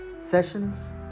sessions